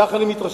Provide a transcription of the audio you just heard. כך אני מתרשם,